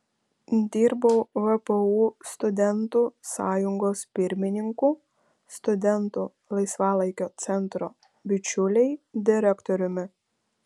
dirbau vpu studentų sąjungos pirmininku studentų laisvalaikio centro bičiuliai direktoriumi